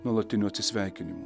nuolatinių atsisveikinimų